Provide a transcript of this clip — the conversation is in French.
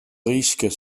risques